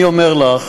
אני אומר לך